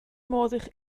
modd